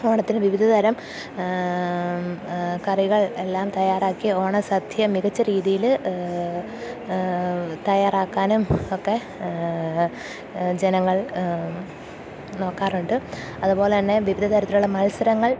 ഓണത്തിനു വിവിധതരം കറികൾ എല്ലാം തയ്യാറാക്കി ഓണസദ്യ മികച്ച രീതിയില് തയ്യാറാക്കാനും ഒക്കെ ജനങ്ങൾ നോക്കാറുണ്ട് അതുപോലെതന്നെ വിവിധ തരത്തിലുള്ള മത്സരങ്ങൾ